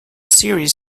series